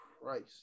Christ